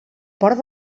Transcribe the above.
port